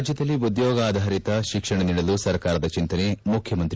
ರಾಜ್ಯದಲ್ಲಿ ಉದ್ಯೋಗಾಧಾರಿತ ಶಿಕ್ಷಣ ನೀಡಲು ಸರ್ಕಾರ ಚಿಂತನೆ ಮುಖ್ಯಮಂತ್ರಿ ಬಿ